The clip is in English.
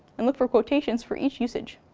and looked for quotations for each usage.